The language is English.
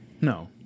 no